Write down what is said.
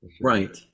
right